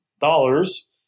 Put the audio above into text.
dollars